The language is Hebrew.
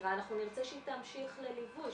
לדירה אנחנו נרצה שהיא תמשיך לליווי,